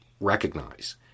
recognize